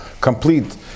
complete